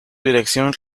dirección